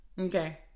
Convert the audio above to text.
Okay